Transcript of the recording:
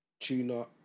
tuna